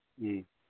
ꯎꯝ